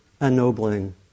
Ennobling